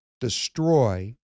destroy